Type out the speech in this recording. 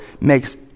makes